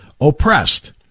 oppressed